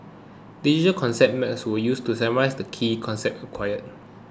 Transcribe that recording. digital concept maps were used to summarise the key concepts acquired